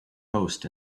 host